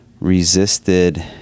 resisted